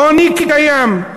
עוני קיים,